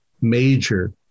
major